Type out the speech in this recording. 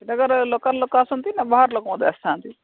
ଏଠାକାରେ local ଲୋକ ଆସିଥାନ୍ତି ନା ବାହାର ଲୋକ ମଧ୍ୟ ଆସିଥାନ୍ତି